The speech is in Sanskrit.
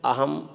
अहं